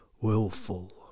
willful